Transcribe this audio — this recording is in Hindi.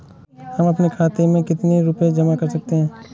हम अपने खाते में कितनी रूपए जमा कर सकते हैं?